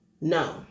No